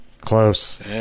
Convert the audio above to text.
Close